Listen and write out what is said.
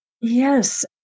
Yes